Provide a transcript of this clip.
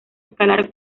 escalar